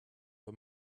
for